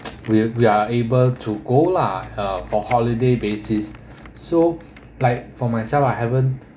we're we are able to go lah uh for holiday basis so like for myself I haven't